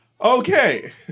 Okay